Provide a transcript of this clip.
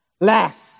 Last